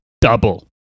double